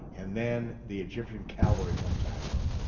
and then the egyptian cavalry comes after um